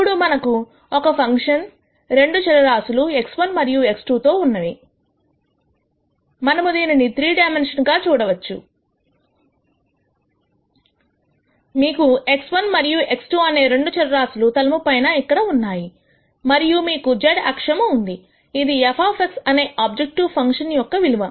ఇప్పుడు మనకు ఒక ఫంక్షన్ రెండు చరరాశులు x1 మరియు x2 తో ఉన్నది మనము దీనిని 3 డైమెన్షన్స్ గా చూడవచ్చుమీకు x1 మరియు x2 అనే రెండు చరరాశులు తలము పైన ఇక్కడ ఉన్నాయి మరియు మీకు z అక్షము ఉన్నది ఇది f అనే ఆబ్జెక్టివ్ ఫంక్షన్ యొక్క విలువ